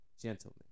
gentlemen